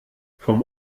vom